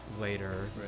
later